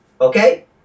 okay